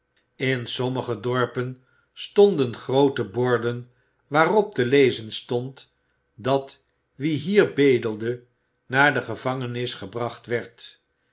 in sommige dorpen stonden groote borden i waarop te lezen stond dat wie hier bedelde i naar de gevangenis gebracht werd